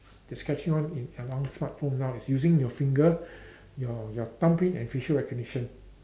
that's catching on in everyone smartphone now is using your finger your your thumbprint and facial recognition